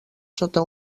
sota